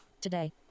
today